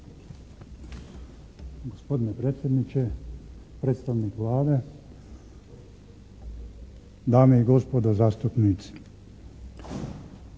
Gospodine predsjedniče, predstavnik Vlade, dame i gospodo zastupnici.